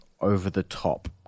over-the-top